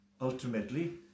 ultimately